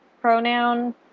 pronoun